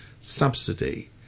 subsidy